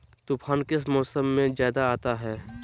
तूफ़ान किस मौसम में ज्यादा आता है?